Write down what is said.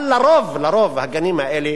אבל לרוב, הגנים האלה